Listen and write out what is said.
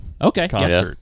Okay